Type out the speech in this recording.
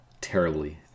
terribly